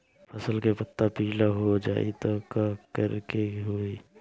फसल के पत्ता पीला हो जाई त का करेके होई?